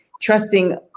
trusting